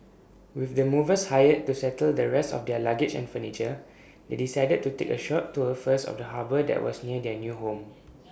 with the movers hired to settle the rest of their luggage and furniture they decided to take A short tour first of the harbour that was near their new home